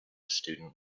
student